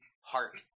heart